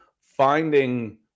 finding